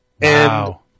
Wow